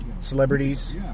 celebrities